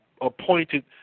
appointed